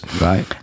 Right